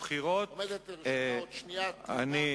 עומדת לרשותך עוד שנייה לענות.